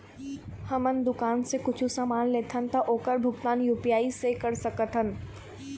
हमन दुकान से कुछू समान लेथन ता ओकर भुगतान यू.पी.आई से कर सकथन?